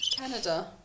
Canada